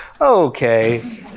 Okay